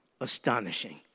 astonishing